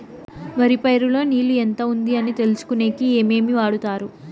వరి పైరు లో నీళ్లు ఎంత ఉంది అని తెలుసుకునేకి ఏమేమి వాడతారు?